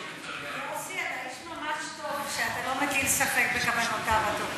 יוסי, אתה איש ממש טוב שאתה לא מטיל ספק בכוונותיו